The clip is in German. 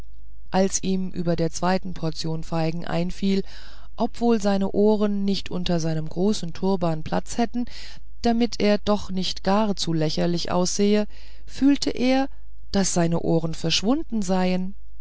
als ihm über der zweiten portion feigen einfiel ob wohl seine ohren nicht unter seinem großen turban platz hätten damit er doch nicht gar zu lächerlich aussehe fühlte er daß seine ohren verschwunden seien